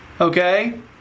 Okay